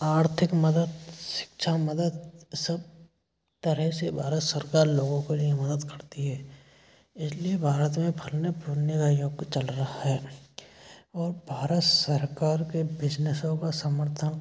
आर्थिक मदद शिक्षा मदद सब तरह से भारत सरकार लोगों के लिए मदद करती है इसलिए भारत में फलने फूलने का युग चल रहा है और भारत सरकार के बिज़नेसों का समर्थन